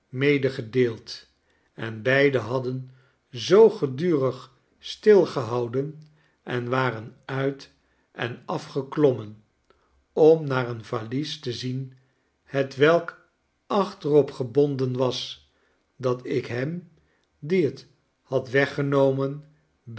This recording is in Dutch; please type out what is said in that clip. koeriermedegedeeld en beiden hadden zoo gedurig stilgehouden en waren uit en afgeklommen om naar een valies te zien hetwelk achterop gebonden was dat ik hem die het had weggenomen